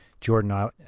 Jordan